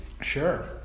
Sure